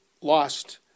lost